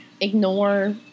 ignore